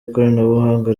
ikoranabuhanga